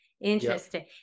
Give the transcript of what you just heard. Interesting